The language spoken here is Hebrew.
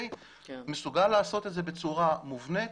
מסוגל לעשות את זה בצורה מובנית,